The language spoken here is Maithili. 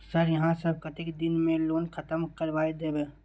सर यहाँ सब कतेक दिन में लोन खत्म करबाए देबे?